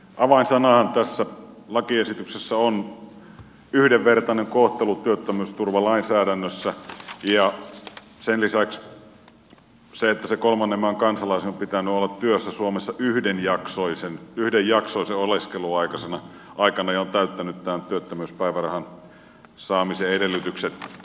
avainsanahan tässä lakiesityksessä on yhdenvertainen kohtelu työttömyysturvalainsäädännössä ja sen lisäksi se että sen kolmannen maan kansalaisen on pitänyt olla työssä suomessa yhdenjaksoisen oleskelunsa aikana ja on täyttänyt tämän työttömyyspäivärahan saamisen edellytykset